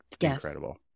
incredible